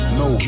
no